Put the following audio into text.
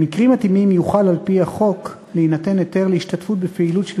במקרים מתאימים יוכל על-פי החוק להינתן היתר להשתתפות בפעילות של